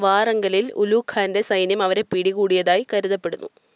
വാറങ്കലിൽ ഉലൂഗ് ഖാന്റെ സൈന്യം അവരെ പിടികൂടിയതായി കരുതപ്പെടുന്നു